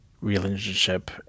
relationship